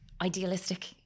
idealistic